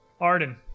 Arden